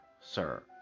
sir